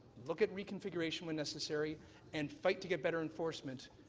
look at reconfiguration when necessary and fight to get better enforcement,